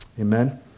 Amen